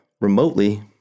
remotely